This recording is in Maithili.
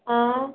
आँय